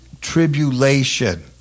tribulation